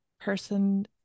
person